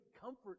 comfort